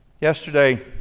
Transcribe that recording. Yesterday